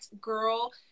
girl